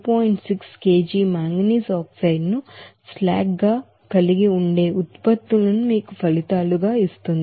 6 కిలోల manganese oxide ను మందకొడిగా కలిగి ఉండే ఉత్పత్తులుగా మీకు ఫలితాలను ఇస్తుంది